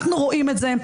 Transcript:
אנחנו רואים את זה.